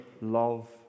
love